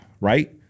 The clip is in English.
right